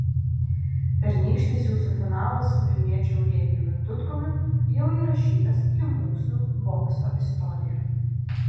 pernykštis jūsų finalas su vilniečiu eugenijumi tutkumi jau įrašytas į mūsų bokso istoriją